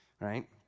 right